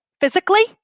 physically